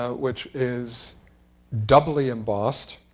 ah which is doubly embossed.